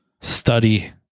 study